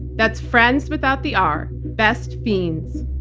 that's friends without the r, best fiends.